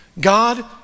God